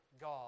God